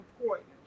important